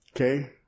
Okay